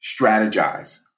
strategize